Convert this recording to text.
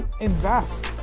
invest